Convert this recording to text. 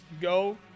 go